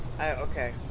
Okay